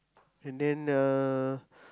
and then uh